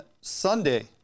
Sunday